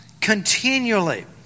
continually